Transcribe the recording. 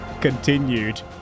continued